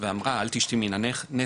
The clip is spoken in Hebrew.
ואמר לה "אל תשתי מן הנסך".